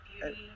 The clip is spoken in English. beauty